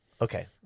okay